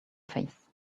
face